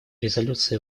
резолюции